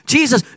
Jesus